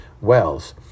wells